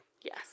Yes